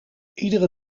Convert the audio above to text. iedere